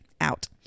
out